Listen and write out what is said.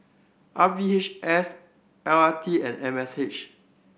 R V H S L R T and M S H